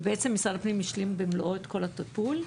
ומשרד הפנים השלים את כל הטיפול במלואו.